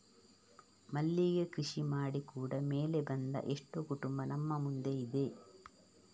ಮಲ್ಲಿಗೆ ಕೃಷಿ ಮಾಡಿ ಕೂಡಾ ಮೇಲೆ ಬಂದ ಎಷ್ಟೋ ಕುಟುಂಬ ನಮ್ಮ ಮುಂದೆ ಇದೆ